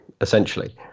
essentially